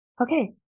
okay